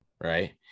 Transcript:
right